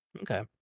Okay